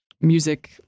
music